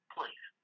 Please